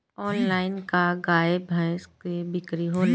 Online का गाय भैंस क बिक्री होला?